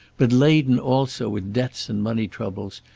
but laden also with debts and money troubles,